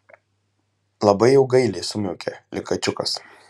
labai jau gailiai sumiaukė lyg kačiukas